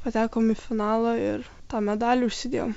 patekom į finalą ir tą medalį užsidėjom